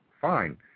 fine